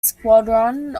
squadron